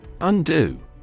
Undo